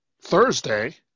thursday